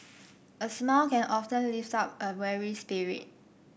a smile can often lift up a weary spirit